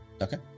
Okay